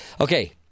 Okay